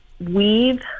weave